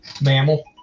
mammal